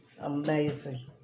amazing